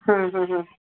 ହଁ ହଁ ହଁ